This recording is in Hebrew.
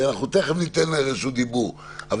ניתן את רשות הדיבור בצורה מסודרת.